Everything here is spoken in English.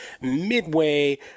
midway